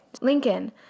Lincoln